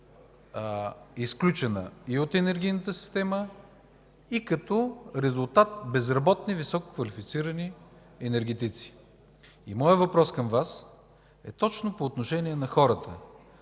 изключена и от енергийната система, и като резултат безработни висококвалифицирани енергетици. Моят въпрос към Вас е точно по отношение на хората.